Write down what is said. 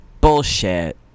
Bullshit